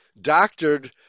doctored